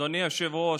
אדוני היושב-ראש,